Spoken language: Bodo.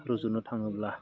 रुजुनो थाङोब्ला